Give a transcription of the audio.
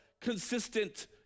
consistent